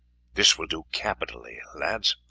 this will do capitally, lads.